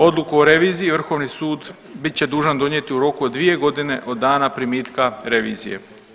Odluku o reviziji vrhovni sud bit će dužan donijeti u roku od 2.g. od dana primitka revizije.